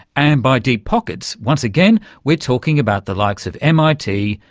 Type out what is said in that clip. and by deep pockets, once again we're talking about the likes of mit,